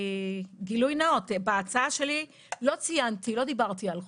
גילוי נאות, בהצעה שלי לא דיברתי על חו"ל,